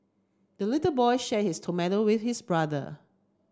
the little boy shared his tomato with his brother